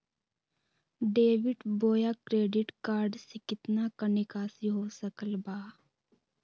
Debit बोया credit card से कितना का निकासी हो सकल बा?